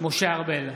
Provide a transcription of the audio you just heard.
משה ארבל,